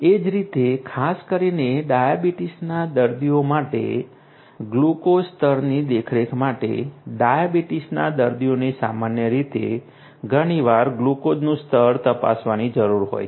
એ જ રીતે ખાસ કરીને ડાયાબિટીસના દર્દીઓ માટે ગ્લુકોઝ સ્તરની દેખરેખ માટે ડાયાબિટીસના દર્દીઓને સામાન્ય રીતે ઘણી વાર ગ્લુકોઝનું સ્તર તપાસવાની જરૂર હોય છે